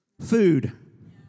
Food